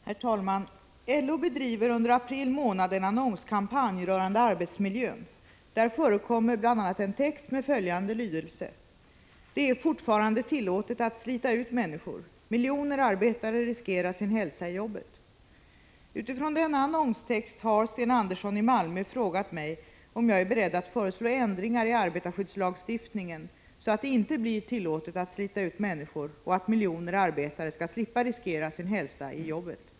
Herr talman! LO bedriver under april månad en annonskampanj rörande arbetsmiljön. Där förekommer bl.a. en text med följande lydelse: ”Det är fortfarande tillåtet att slita ut människor — miljoner arbetare riskerar sin hälsa i jobbet.” Utifrån denna annonstext har Sten Andersson i Malmö frågat mig om jag är beredd att föreslå ändringar i arbetarskyddslagstiftningen så att det inte blir tillåtet att slita ut människor och att miljoner arbetare skall slippa riskera sin hälsa i jobbet.